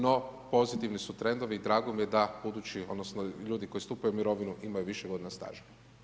No, pozitivni su trendovi i drago mi je da budući odnosno ljudi koji stupaju u mirovinu imaju više godina staža.